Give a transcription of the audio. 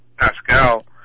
Pascal